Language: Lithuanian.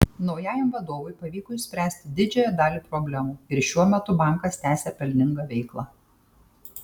naujajam vadovui pavyko išspręsti didžiąją dalį problemų ir šiuo metu bankas tęsią pelningą veiklą